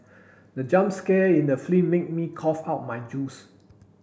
the jump scare in the film made me cough out my juice